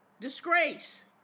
Disgrace